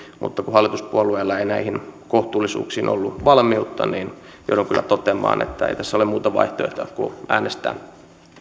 mutta kun hallituspuolueilla ei näihin kohtuullisuuksiin ollut valmiutta niin joudun kyllä toteamaan että ei tässä ole muuta vaihtoehtoa kuin äänestää